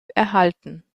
erhalten